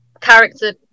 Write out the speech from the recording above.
character